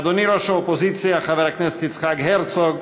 אדוני ראש האופוזיציה חבר הכנסת יצחק הרצוג,